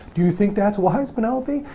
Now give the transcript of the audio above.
do you think that's wise penelope?